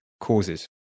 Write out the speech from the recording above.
causes